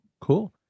cool